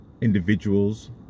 Individuals